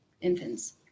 infants